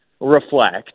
reflect